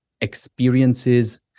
experiences